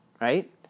right